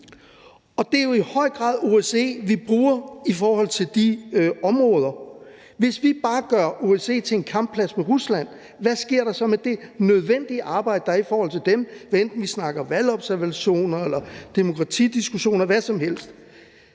og det er i høj grad OSCE, vi bruger i forhold til de områder. Hvis vi bare gør OSCE til en kampplads mod Rusland, hvad sker der så med det nødvendige arbejde, der er i forhold til dem, hvad enten vi snakker valgobservationer eller demokratidiskussioner – ja, hvad som helst?